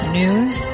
news